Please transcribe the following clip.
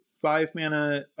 five-mana